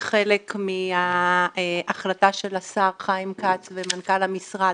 וכחלק מההחלטה של השר חיים כץ ומנכ"ל המשרד